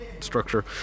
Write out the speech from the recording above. structure